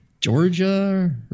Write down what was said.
Georgia